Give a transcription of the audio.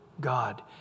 God